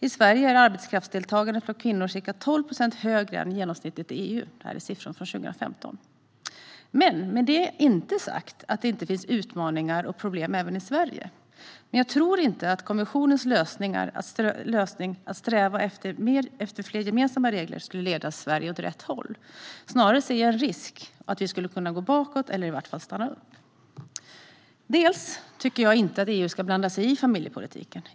I Sverige är arbetskraftsdeltagandet för kvinnor ca 12 procent högre än genomsnittet i EU. Det är siffror från 2015. Med detta är det inte sagt att det inte finns utmaningar och problem även i Sverige. Men jag tror inte att kommissionens lösning att sträva efter fler gemensamma regler skulle leda Sverige åt rätt håll. Snarare ser jag en risk att vi skulle gå bakåt eller i varje fall stanna upp. Jag tycker inte att EU ska blanda sig i familjepolitiken.